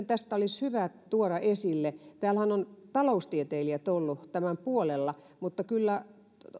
tästä olisi hyvä tuoda esille että täällähän ovat taloustieteilijät olleet tämän puolella mutta kyllä